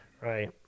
right